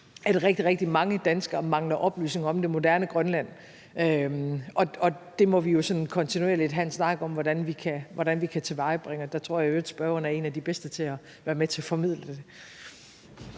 at rigtig, rigtig mange danskere mangler oplysning om det moderne Grønland, og det må vi jo sådan kontinuerligt have en snak om, hvordan vi kan tilvejebringe. Og der tror jeg i øvrigt, at spørgeren er en af de bedste til at være med til at formidle det.